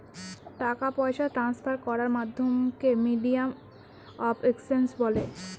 টাকা পয়সা ট্রান্সফার করার মাধ্যমকে মিডিয়াম অফ এক্সচেঞ্জ বলে